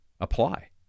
Apply